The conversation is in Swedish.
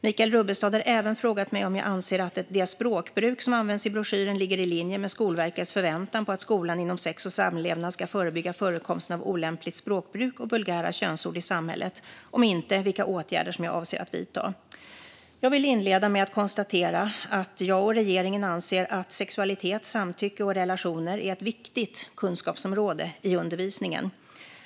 Michael Rubbestad har även frågat mig om jag anser att det språkbruk som används i broschyren ligger i linje med Skolverkets förväntan på att skolan inom sex och samlevnad ska förebygga förekomsten av olämpligt språkbruk och vulgära könsord i samhället och vilka åtgärder jag avser att vidta om så inte är fallet. Jag vill inleda med att konstatera att jag och regeringen anser att sexualitet, samtycke och relationer är ett viktigt kunskapsområde i undervisningen.